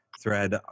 thread